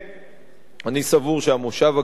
אני סבור שהמושב הקרוב בהחלט,